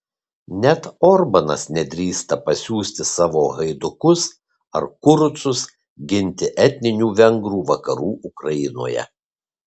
net orbanas nedrįsta pasiųsti savo haidukus ar kurucus ginti etninių vengrų vakarų ukrainoje